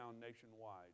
nationwide